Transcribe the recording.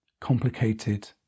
complicated